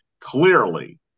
Clearly